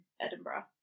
Edinburgh